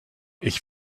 ich